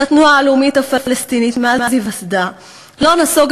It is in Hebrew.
שהתנועה הלאומית הפלסטינית מאז היווסדה לא נסוגה